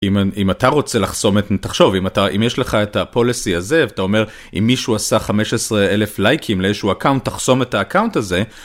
אם אתה רוצה לחסום את... תחשוב, אם אתה, אם יש לך את הפוליסי הזה ואתה אומר אם מישהו עשה 15 אלף לייקים לאיזשהו אקאונט תחסום את האקאונט הזה.